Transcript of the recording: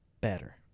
better